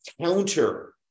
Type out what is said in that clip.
counter